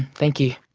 thank you.